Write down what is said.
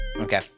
Okay